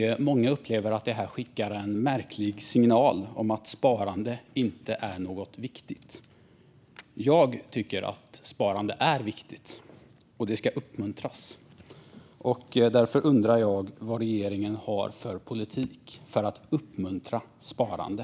Många upplever att detta skickar en märklig signal om att sparande inte är viktigt. Jag tycker att sparande är viktigt och ska uppmuntras. Därför undrar jag vad regeringen har för politik för att uppmuntra sparande.